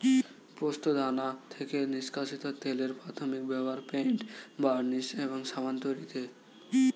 পোস্তদানা থেকে নিষ্কাশিত তেলের প্রাথমিক ব্যবহার পেইন্ট, বার্নিশ এবং সাবান তৈরিতে